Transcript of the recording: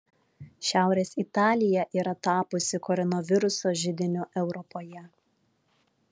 šiaurės italija yra tapusi koronaviruso židiniu europoje